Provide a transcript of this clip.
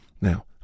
Now